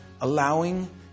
allowing